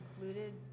included